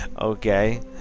Okay